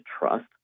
trust